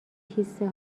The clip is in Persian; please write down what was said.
کیسه